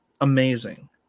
amazing